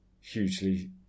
hugely